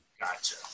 Gotcha